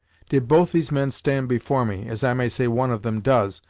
did both these men stand before me, as i may say one of them does,